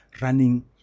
running